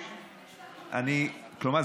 כלומר,